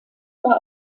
aber